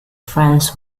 friends